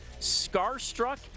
Scarstruck